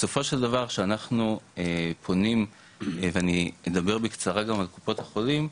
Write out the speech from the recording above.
בסופו של דבר שאנחנו פונים ואני אדבר בקצרה גם על קופות החולים,